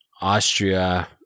Austria